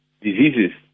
diseases